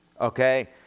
okay